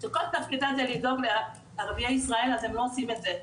שכל תפקידם זה לדאוג לערביי ישראל אז הם לא עושים את זה,